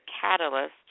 catalyst